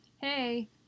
Hey